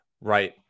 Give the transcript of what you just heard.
Right